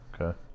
Okay